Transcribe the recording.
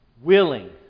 willing